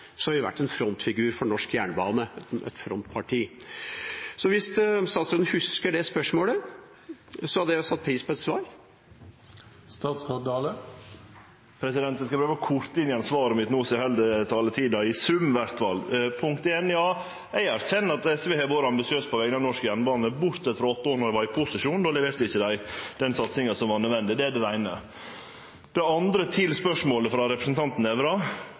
har vi vært en frontfigur for norsk jernbane – et frontparti. Hvis statsråden husker spørsmålet, hadde jeg satt pris på et svar. Eg skal prøve å vere kort i svaret mitt no, så eg held taletida i sum iallfall. Eg erkjenner at SV har vore ambisiøs på vegner av norsk jernbane, bortsett frå åtte år då dei var i posisjon. Då leverte dei ikkje den satsinga som var nødvendig. Det er det eine. Det andre, til spørsmålet frå representanten Nævra: